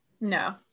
No